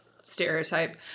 stereotype